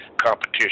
competition